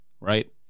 right